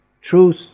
truth